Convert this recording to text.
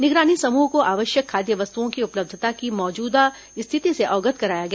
निगरानी समूह को आवश्यक खाद्य वस्तुओं की उपलब्धता की मौजूदा स्थिति से अवगत कराया गया